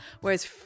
Whereas